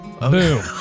Boom